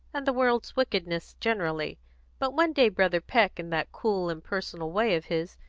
and the world's wickedness generally but one day brother peck, in that cool, impersonal way of his,